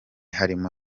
harimo